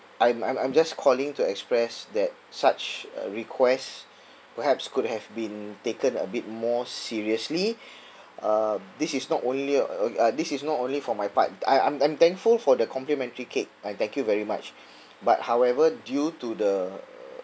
I'm I'm I'm just calling to express that such a request perhaps could have been taken a bit more seriously uh this is not only uh uh this is not only for my part I I'm I'm thankful for the complimentary cake I thank you very much but however due to the